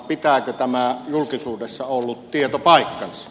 pitääkö tämä julkisuudessa ollut tieto paikkansa